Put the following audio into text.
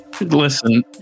listen